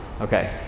okay